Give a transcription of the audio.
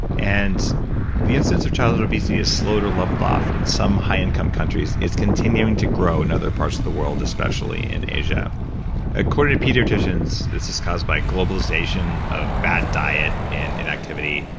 and the instance of childhood obesity has slowed or leveled off in high income countries. it's continuing to grow in other parts of the world, especially in asia according to pediatricians this is caused by globalization of bad diet and inactivity,